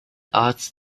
arts